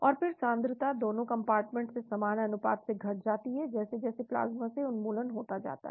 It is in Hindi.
तो फिर सांद्रता दोनों कम्पार्टमेंट से समान अनुपात से घट जाती है जैसे जैसे प्लाज्मा से उन्मूलन होता जाता है